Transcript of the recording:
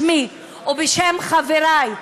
בשמי ובשם חברי,